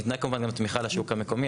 ניתנה כמובן גם תמיכה לשוק המקומי.